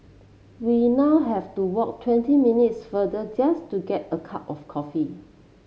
we now have to walk twenty minutes further just to get a cup of coffee